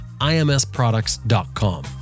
IMSproducts.com